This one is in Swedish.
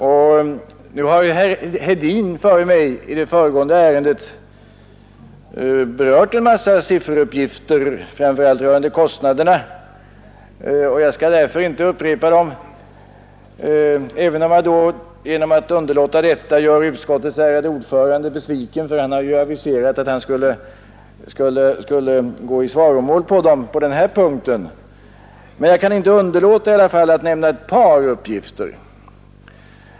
Herr Hedin har i samband med behandlingen av det föregående ärendet lämnat en mängd sifferuppgifter framför allt rörande kostnaderna, och jag skall inte upprepa dem, även om jag genom att underlåta detta gör utskottets ärade ordförande besviken — han har ju aviserat att han på denna punkt skulle gå i svaromål med anledning av dessa uppgifter. Jag kan emellertid inte underlåta att nämna ett par uppgifter.